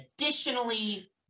additionally